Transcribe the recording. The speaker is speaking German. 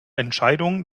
entscheidung